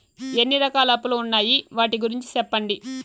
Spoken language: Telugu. ఎన్ని రకాల అప్పులు ఉన్నాయి? వాటి గురించి సెప్పండి?